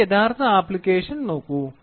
ഈ യഥാർത്ഥ ആപ്ലിക്കേഷൻ നോക്കൂ